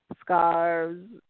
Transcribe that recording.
scarves